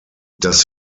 das